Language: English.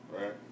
Right